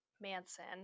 Manson